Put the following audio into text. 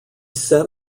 set